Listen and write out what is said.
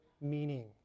meaning